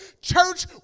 church